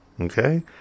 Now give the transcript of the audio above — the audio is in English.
Okay